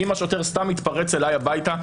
אם השוטר סתם התפרץ אלי הביתה,